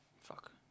fuck